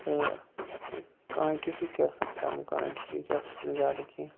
تہٕ کانٹِٹی تہِ ٲسۍ کَم کانٹِٹی تہِ ٲسِس نہٕ زیادٕ کینٛہہ